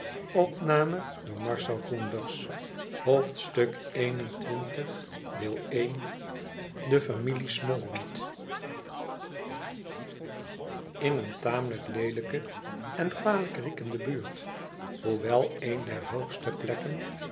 de familie smallweed in eene tamelijk leelijke en kwalijk riekende buurt hoewel een der hoogste plekken